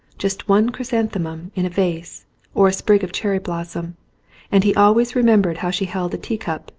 just one chrysanthemum in a vase or a sprig of cherry blossom and he always re membered how she held a tea-cup,